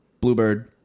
bluebird